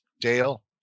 Dale